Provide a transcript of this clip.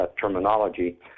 terminology